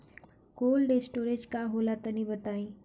Cold storage का होला तनि बताई?